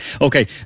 Okay